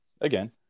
again